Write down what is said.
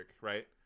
right